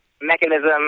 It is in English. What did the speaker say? mechanism